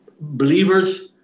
believers